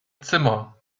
zimmer